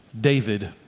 David